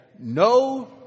no